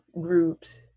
groups